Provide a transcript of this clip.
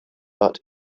but